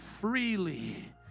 freely